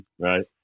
right